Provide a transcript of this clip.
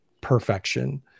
perfection